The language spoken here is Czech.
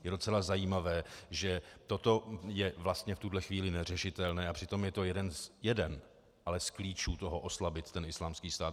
Je docela zajímavé, že toto je vlastně v tuhle chvíli neřešitelné a přitom je to jeden ale z klíčů toho oslabit Islámský stát.